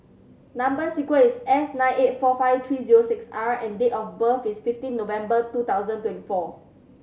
number sequence is S nine eight four five three zero six R and date of birth is fifteen November two thousand twenty four